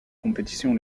compétitions